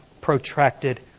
protracted